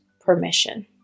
permission